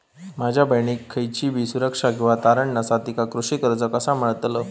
माझ्या बहिणीक खयचीबी सुरक्षा किंवा तारण नसा तिका कृषी कर्ज कसा मेळतल?